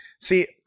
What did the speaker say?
See